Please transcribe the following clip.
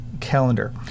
calendar